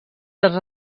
dels